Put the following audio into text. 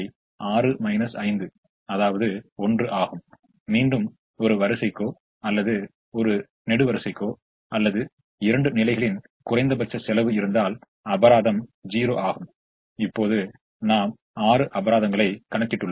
எனவே நிகர செலவு a 8 ஆகும் அதாவது இதன் காரணம் என்னவென்றால் இந்த 1 8 ஆகும் அதுபோல் 1 7 ஆகும் மேலும் 1 6 ன் ஒரு காரணமாகும் அதாவது இதன் நிலைக்காண காரணமாகும் மேலும் இதன் நிகர செலவு 1 ஆகும்